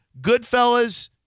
Goodfellas